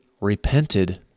repented